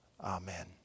Amen